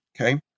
okay